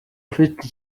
ufite